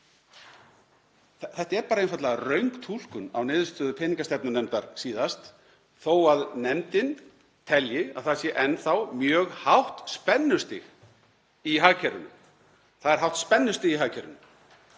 Þetta er bara einfaldlega röng túlkun á niðurstöðu peningastefnunefndar síðast þó að nefndin telji að það sé enn þá mjög hátt spennustig í hagkerfinu. Það er hátt spennustig í hagkerfinu.